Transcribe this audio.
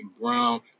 Brown